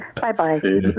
Bye-bye